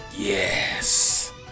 Yes